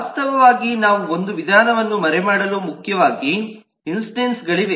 ವಾಸ್ತವವಾಗಿ ನಾವು ಒಂದು ವಿಧಾನವನ್ನು ಮರೆಮಾಡಲು ಮುಖ್ಯವಾಗಿ ಇನ್ಸ್ಟೆನ್ಸ್ಗಳಿವೆ